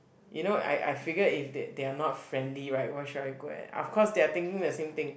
you know I I figured if they they are not friendly right why should I go and of course they are thinking the same thing